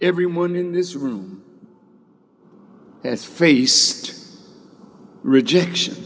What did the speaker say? everyone in this room as face rejection